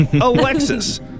Alexis